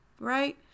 right